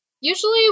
usually